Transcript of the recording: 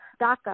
daca